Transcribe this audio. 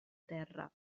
terra